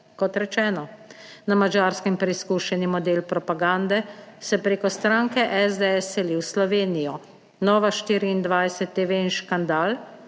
Kot rečeno, na Madžarskem preizkušeni model propagande, se preko stranke SDS seli v Slovenijo, Nova24TV in Škandal,